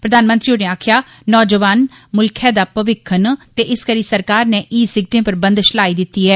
प्रधानमंत्री होरें आक्खेआ नौजवान मुल्खै दा भविक्ख न ते इस करी सरकार नै ई सिगटें पर बंदश लाई दित्ती ऐ